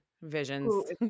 visions